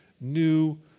new